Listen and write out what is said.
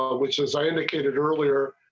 um which as i indicated earlier.